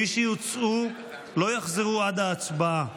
מי שיוצאו, לא יחזרו עד ההצבעה.